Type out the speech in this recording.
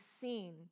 seen